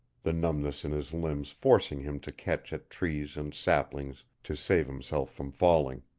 the numbness in his limbs forcing him to catch at trees and saplings to save himself from falling.